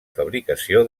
fabricació